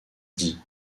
dis